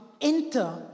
enter